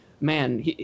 man